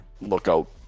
lookout